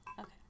okay